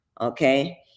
okay